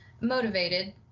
motivated